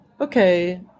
okay